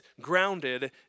grounded